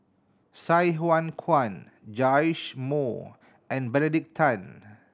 Sai Hua Kuan Joash Moo and Benedict Tan